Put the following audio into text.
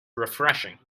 refreshing